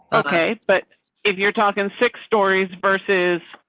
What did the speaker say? okay but if you're talking six stories versus.